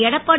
Edappadi